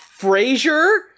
Frasier